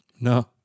No